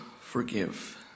forgive